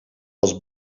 was